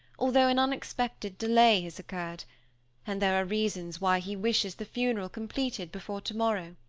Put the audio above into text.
although an unexpected delay has occurred and there are reasons why he wishes the funeral completed before tomorrow.